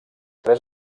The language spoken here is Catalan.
tres